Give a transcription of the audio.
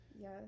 Yes